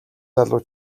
залуу